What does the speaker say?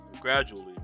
gradually